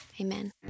Amen